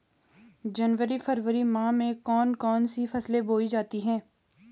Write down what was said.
जनवरी फरवरी माह में कौन कौन सी फसलें बोई जाती हैं?